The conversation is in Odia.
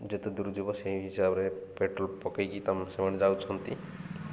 ଯେତେ ଦୂର ଯିବ ସେଇ ହିସାବରେ ପେଟ୍ରୋଲ୍ ପକେଇକି ତା ସେମାନେ ଯାଉଛନ୍ତି